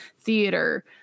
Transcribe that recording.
theater